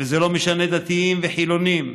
וזה לא משנה דתיים וחילוניים,